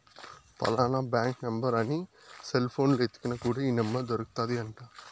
ఫలానా bank number అని cell పోనులో ఎతికిన కూడా ఈ నెంబర్ దొరుకుతాది అంట